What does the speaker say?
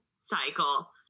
cycle